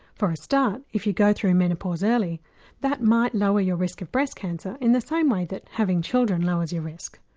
for a start if you go through menopause early that might lower your risk of breast cancer in the same way that having children lowers your risk.